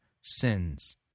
sins